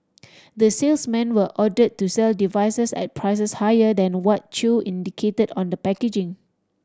the salesmen were ordered to sell devices at prices higher than what Chew indicated on the packaging